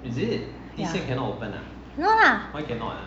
no lah